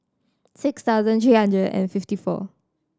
six thousand three hundred and fifty four